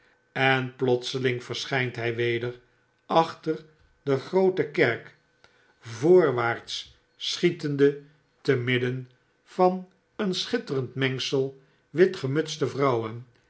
en plotseling verschpt hy weder achter de groote kerk voorwaarts schietende te midden van een schitterend mengsel witgemutste vrouwen